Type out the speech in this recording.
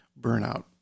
burnout